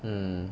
mm